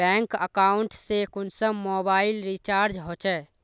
Bank account से कुंसम mobile recharge होचे?